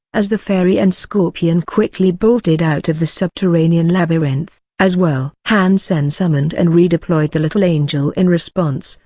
as the fairy and scorpion quickly bolted out of the subterranean labyrinth, as well. han sen summoned and redeployed the little angel in response,